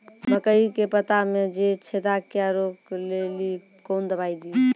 मकई के पता मे जे छेदा क्या रोक ले ली कौन दवाई दी?